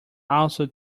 also